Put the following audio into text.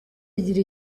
igira